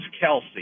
Kelsey